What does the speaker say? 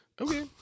Okay